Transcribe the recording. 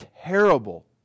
terrible